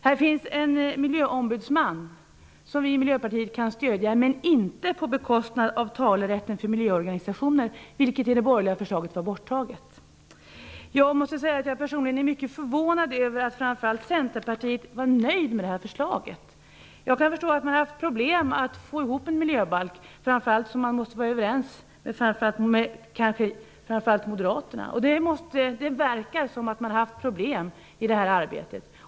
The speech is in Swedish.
Här finns en miljöombudsman, som vi i Miljöpartiet kan stödja, men inte på bekostnad av miljöorganisationernas talerätt, vilket i det borgerliga var borttaget. Jag måste säga att jag personligen är mycket förvånad framför allt över att man i Centerpartiet var nöjd med det här förslaget. Jag kan förstå att man haft problem när det gällt att få ihop en miljöbalk, särskilt som man måste vara överens framför allt med Moderaterna. Man verkar ha haft problem i detta arbete.